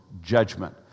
judgment